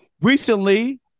recently